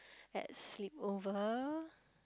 at sleepover